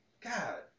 God